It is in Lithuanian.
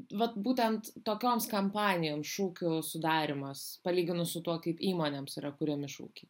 vat būtent tokioms kampanijoms šūkių sudarymas palyginus su tuo kaip įmonėms yra kuriami šūkiai